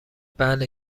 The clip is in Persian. بله